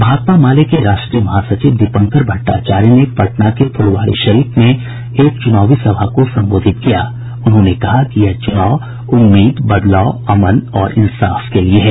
भाकपा माले के राष्ट्रीय महासचिव दीपंकर भट्टाचार्य ने पटना के फुलवारीशरीफ में एक चुनावी सभा को संबोधित करते हुए कहा कि यह चुनाव उम्मीद बदलाव अमन और इंसाफ के लिए है